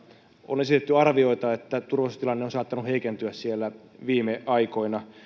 on esitetty arvioita että turvallisuustilanne on on saattanut heikentyä siellä viime aikoina